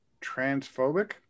transphobic